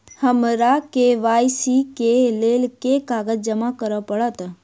हमरा के.वाई.सी केँ लेल केँ कागज जमा करऽ पड़त?